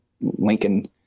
Lincoln